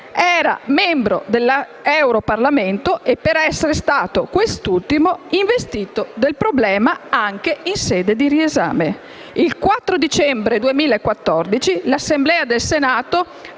era membro dell'Europarlamento e per essere stato quest'ultimo investito del problema anche in sede di riesame. Il 4 dicembre 2014 l'Assemblea del Senato